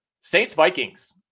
Saints-Vikings